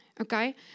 Okay